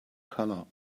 color